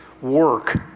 work